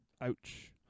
Ouch